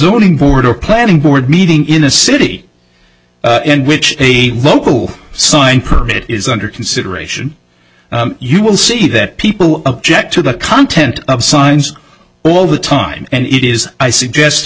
zoning board or planning board meeting in a city in which a local signed permit is under consideration you will see that people object to the content of signs all the time and it is i suggest